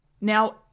Now